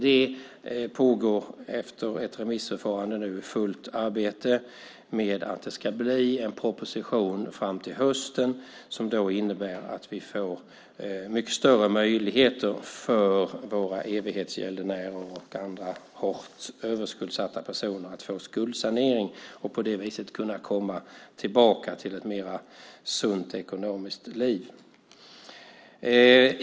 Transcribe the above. Det pågår efter ett remissförfarande fullt arbete med att det ska bli en proposition till hösten som innebär mycket större möjligheter för våra evighetsgäldenärer och andra överskuldsatta personer att få skuldsanering och på det viset komma tillbaka till ett mer sunt ekonomiskt liv.